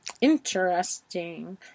Interesting